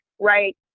right